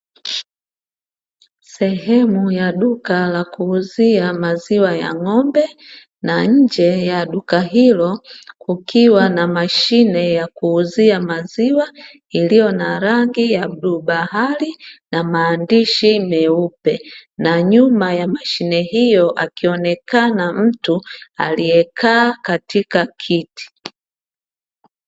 Sehemu ya duka la kuuzia maziwa ya ng'ombe, na nje ya duka hilo kukiwa na mashine ya kuuzia maziwa iliyo na rangi ya bluu bahari na maandishi meupe na nyuma ya mashine hio akionekana mtu aliyekaa katika kiti.